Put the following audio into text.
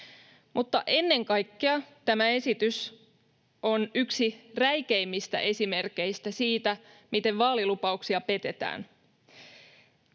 ennen kaikkea tämä esitys on yksi räikeimmistä esimerkeistä siitä, miten vaalilupauksia petetään.